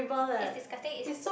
it's disgusting it's